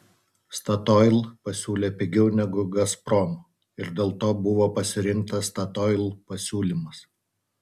statoil pasiūlė pigiau negu gazprom ir dėl to buvo pasirinktas statoil pasiūlymas